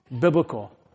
biblical